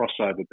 crossover